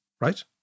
right